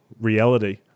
reality